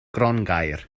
grongaer